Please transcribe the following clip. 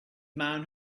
man